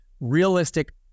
realistic